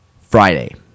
Friday